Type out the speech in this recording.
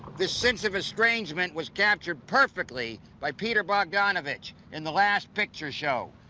this sense of estrangement was captured perfectly by peter bogdanovich in the last picture show,